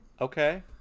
Okay